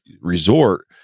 resort